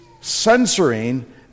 censoring